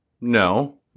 no